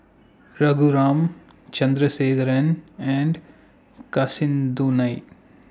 Raghuram Chandrasekaran and Kasinadhuni